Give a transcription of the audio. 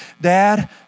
Dad